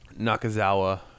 nakazawa